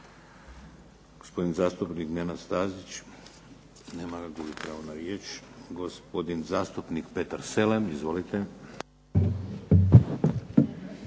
Hvala vam